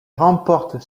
remporte